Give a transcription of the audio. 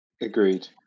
Agreed